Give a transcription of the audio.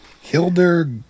Hildur